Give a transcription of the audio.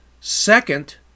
Second